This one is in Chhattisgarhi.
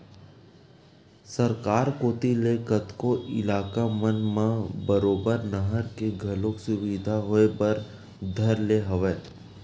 सरकार कोती ले कतको इलाका मन म बरोबर नहर के घलो सुबिधा होय बर धर ले हवय